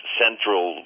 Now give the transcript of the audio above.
central